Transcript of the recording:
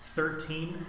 Thirteen